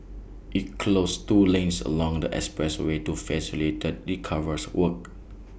IT closed two lanes along the expressway to facilitate recovers works